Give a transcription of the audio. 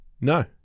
no